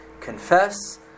confess